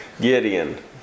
Gideon